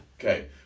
Okay